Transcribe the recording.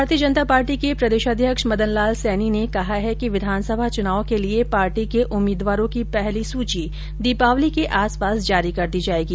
भारतीय जनता पार्टी के प्रदेशाध्यक्ष मदनलाल सैनी ने कहा है कि विधानसभा चुनाव के लिए पार्टी के उम्मीदवारों की पहली सूची दीपावली के आसपास जारी कर दी जाएगी